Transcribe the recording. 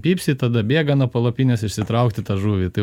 pypsi tada bėga nuo palapinės išsitraukti tą žuvį tai